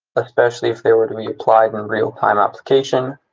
especially if they were to be applied in and real time application.